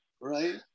Right